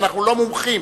ואנחנו לא מומחים.